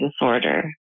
disorder